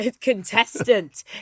Contestant